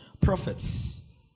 prophets